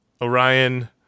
Orion